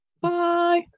Bye